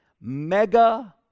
mega-